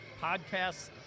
podcasts